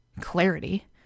clarity